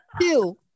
Two